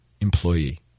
employee